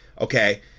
okay